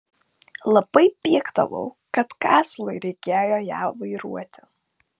labai pykdavau kad kazlui reikėjo ją vairuoti